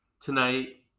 Tonight